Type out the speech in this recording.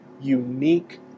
unique